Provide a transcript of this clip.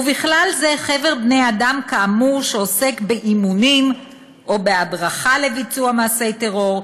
ובכלל זה חבר בני-אדם כאמור שעוסק באימונים או בהדרכה לביצוע מעשי טרור,